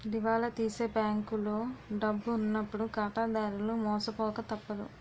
దివాలా తీసే బ్యాంకులో డబ్బు ఉన్నప్పుడు ఖాతాదారులు మోసపోక తప్పదు